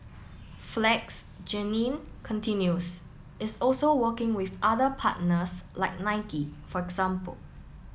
flex Jeannine continues is also working with other partners like Nike for example